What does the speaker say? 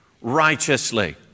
righteously